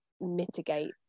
mitigate